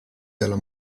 dalla